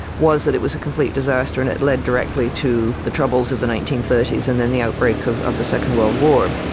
was that it was a complete disaster and it led directly to the troubles of the nineteen thirty s and then the outbreak of of the second world war.